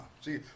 See